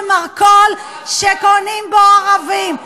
במרכול שקונים בו ערבים.